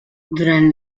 durant